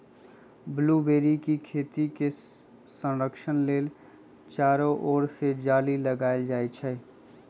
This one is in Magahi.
ब्लूबेरी के खेती के संरक्षण लेल चारो ओर से जाली लगाएल जाइ छै